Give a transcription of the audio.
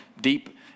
deep